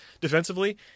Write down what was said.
defensively